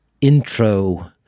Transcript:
Intro